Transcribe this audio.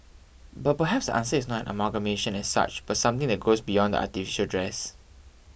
but perhaps the answer is not an amalgamation as such but something that goes beyond the artificial dress